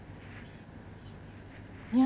ya